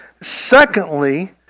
secondly